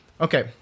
Okay